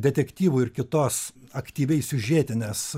detektyvo ir kitos aktyviai siužetinės